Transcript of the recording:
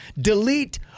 Delete